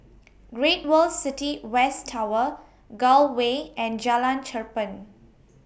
Great World City West Tower Gul Way and Jalan Cherpen